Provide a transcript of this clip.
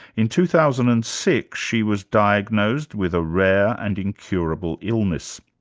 in two thousand and six she was diagnosed with a rare and incurable illness.